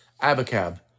Abacab